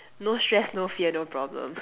no stress no fear no problem